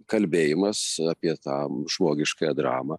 kalbėjimas apie tą žmogiškąją dramą